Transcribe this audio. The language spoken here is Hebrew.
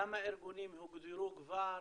כמה ארגונים הוגדרו כבר,